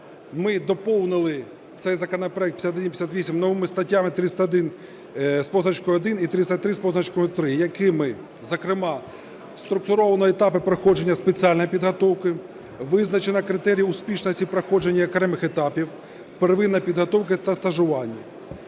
ми доповнили цей законопроект 5158 новими статтями 301 з позначкою 1 і 303 з позначкою 3, якими, зокрема, структуровано етапи проходження спеціальної підготовки, визначено критерії успішності проходження окремих етапів (первинна підготовка та стажування),